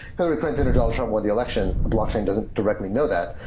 hilary clinton or donald trump won the election, a blockchain doesn't directly know that,